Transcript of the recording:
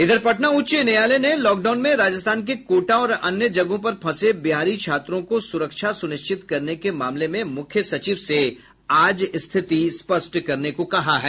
इधर पटना उच्च न्यायालय ने लॉकडाउन में राजस्थान के कोटा और अन्य जगहों पर फंसे बिहारी छात्रों को सुरक्षा सुनिश्चित करने के मामले में मुख्य सचिव से आज स्थिति स्पष्ट करने को कहा है